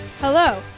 Hello